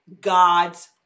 God's